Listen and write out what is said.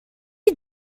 are